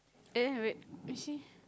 eh wait you see